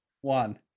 one